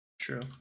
true